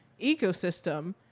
ecosystem